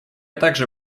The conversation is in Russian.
также